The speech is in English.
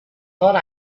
thought